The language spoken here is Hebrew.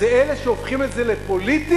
זה אלה שהופכים את זה לפוליטי,